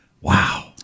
Wow